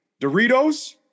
Doritos